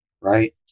right